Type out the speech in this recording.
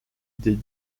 des